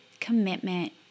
commitment